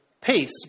Peace